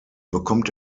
bekommt